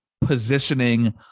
positioning